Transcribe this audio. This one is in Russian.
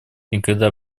никогда